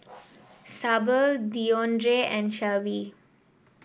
Sable Deondre and Shelvie